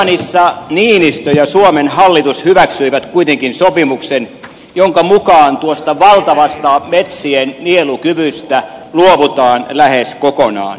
durbanissa niinistö ja suomen hallitus hyväksyivät kuitenkin sopimuksen jonka mukaan tuosta valtavasta metsien nielukyvystä luovutaan lähes kokonaan